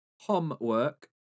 homework